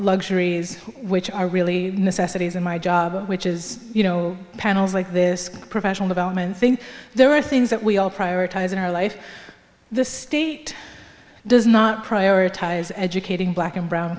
luxuries which i really miss are cities and my job which is you know panels like this professional development thing there are things that we all prioritize in our life the state does not prioritize educating black and brown